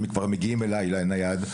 שמגיעים אליי לנייד,